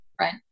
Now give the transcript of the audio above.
right